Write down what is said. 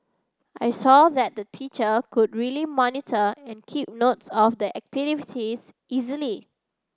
I saw that the teacher could really monitor and keep notes of the activities easily